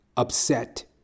upset